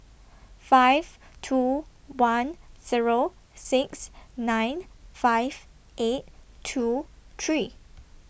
five two one Zero six nine five eight two three